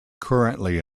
currently